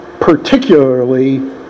particularly